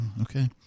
Okay